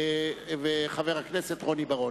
וחבר הכנסת רוני בר-און.